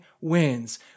wins